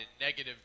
negative